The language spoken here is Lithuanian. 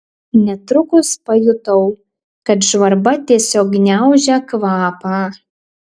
netrukus pajutau kad žvarba tiesiog gniaužia kvapą